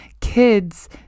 kids